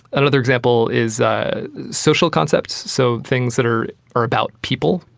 another example is ah social concepts, so things that are are about people.